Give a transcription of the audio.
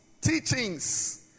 teachings